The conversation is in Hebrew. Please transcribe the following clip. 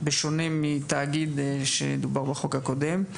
בשונה מתאגיד שדובר בחוק הקודם.